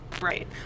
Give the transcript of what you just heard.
right